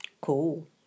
Cool